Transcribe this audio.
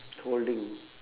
holding